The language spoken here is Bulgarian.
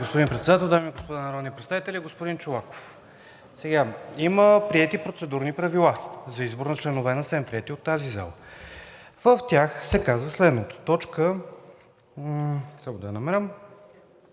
господин Председател, дами и господа народни представители! Господин Чолаков, има приети процедурни правила за избор на членове на СЕМ, приети от тази зала. В тях се казва следното: „т. 7. За избрани